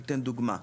אני אתן דוגמה.